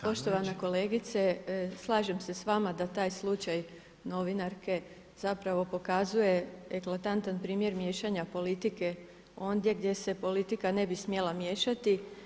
Poštovana kolegice, slažem se sa vama da taj slučaj novinarke zapravo pokazuje eklatantan primjer miješanja politike ondje gdje se politika ne bi smjela miješati.